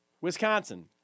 Wisconsin